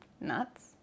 nuts